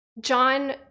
John